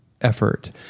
effort